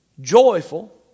joyful